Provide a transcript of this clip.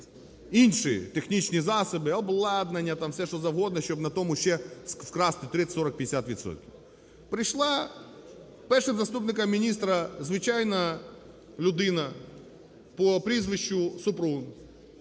інші технічні засоби, обладнання, там все що завгодно, щоб на тому ще вкрасти 30,40,50 відсотків. Прийшла першим заступником міністра звичайна людина по прізвищу Супрун,